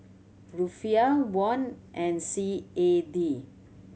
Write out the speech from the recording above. Rufiyaa Won and C A D